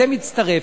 זה מצטרף,